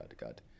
God